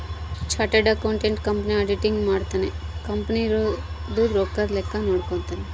chartered accountant company auditing ಮಾಡ್ತನ company ದು ರೊಕ್ಕದ ಲೆಕ್ಕ ನೋಡ್ಕೊತಾನ